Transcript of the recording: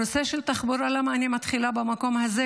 הנושא של תחבורה, למה אני מתחילה במקום הזה?